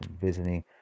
visiting